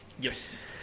Yes